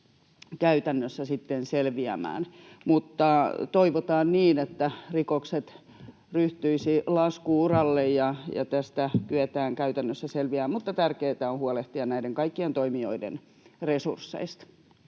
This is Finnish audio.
käytännössä sitten selviämään. Toivotaan niin, että rikokset ryhtyisivät lasku-uralle ja tästä kyetään käytännössä selviämään, mutta tärkeätä on huolehtia näiden kaikkien toimijoiden resursseista.